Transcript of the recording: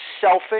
selfish